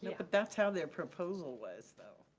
but that's how their proposal was, though.